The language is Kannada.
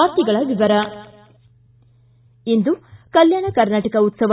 ವಾರ್ತೆಗಳ ವಿವರ ಇಂದು ಕಲ್ಟಾಣ ಕರ್ನಾಟಕ ಉತ್ಸವ